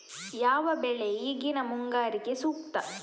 ಯಾವ ಬೆಳೆ ಈಗಿನ ಮುಂಗಾರಿಗೆ ಸೂಕ್ತ?